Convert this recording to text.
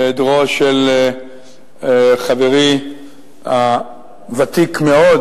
בהיעדרו של חברי הוותיק מאוד,